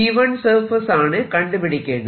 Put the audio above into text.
V1surface ആണ് കണ്ടുപിടിക്കേണ്ടത്